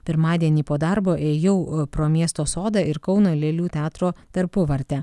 pirmadienį po darbo ėjau e pro miesto sodą ir kauno lėlių teatro tarpuvartę